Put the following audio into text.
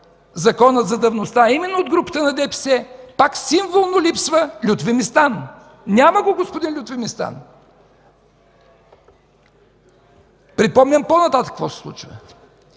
Законът за давността, от групата на ДПС пак символно липсва Лютви Местан. Няма го господин Лютви Местан! Припомням какво се случва